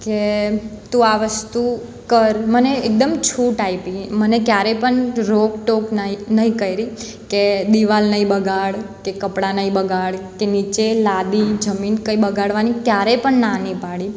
કે તું આ વસ્તુ કર મને એકદમ છૂટ આપી મને ક્યારે પણ રોક ટોક નહીં નહીં કરી કે દીવાલ નહીં બગાડ કે કપડાં નઈ બગાડ કે નીચે લાદી જમીન કંઈ બગાળવાની ક્યારે પણ ના નથી પાડી